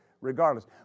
regardless